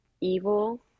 evil